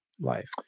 life